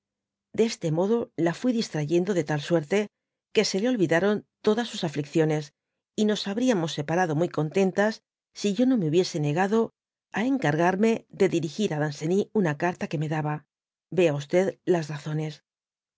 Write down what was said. de este modo la fui distrayendo de tal suerte que e le olvidaron todas sus afficgíones y nos habríamos separado muy contentas si yo no me hubiese negado á encargarme de dirigir á daneeny tina carta qne me daba y las raxones